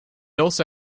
also